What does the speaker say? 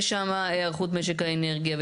יש שם את היערכות משק האנרגיה,